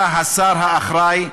אתה השר האחראי,